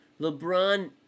LeBron